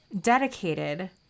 dedicated